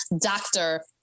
Doctor